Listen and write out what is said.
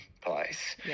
place